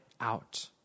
out